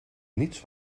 niets